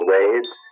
ways